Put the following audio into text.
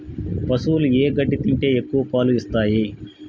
పశువులు ఏ గడ్డి తింటే ఎక్కువ పాలు ఇస్తాయి?